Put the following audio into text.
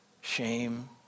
shame